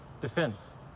defense